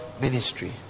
Ministry